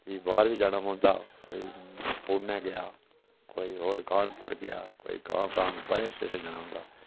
जी बाहर बी जाना पौंदा कोई पूणे गेआ कोई कानपुर गेआ कोई गांऽ गांऽ बड़े छेऽ छेऽ जनें जाना होंदा